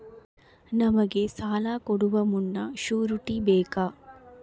ನಮಗೆ ಸಾಲ ಕೊಡುವ ಮುನ್ನ ಶ್ಯೂರುಟಿ ಬೇಕಾ?